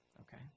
okay